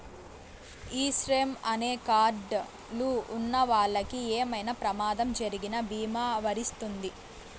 ఈ శ్రమ్ అనే కార్డ్ లు ఉన్నవాళ్ళకి ఏమైనా ప్రమాదం జరిగిన భీమా వర్తిస్తుంది